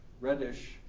reddish